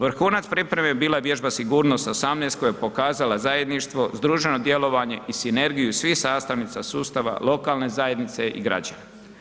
Vrhunac pripreme bila je vježba Sigurnost 18 koja je pokazala zajedništvo, združeno djelovanje i sinergiju svih sastavnica sustava lokalne zajednice i građana.